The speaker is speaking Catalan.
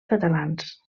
catalans